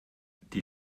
die